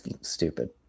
stupid